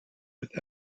with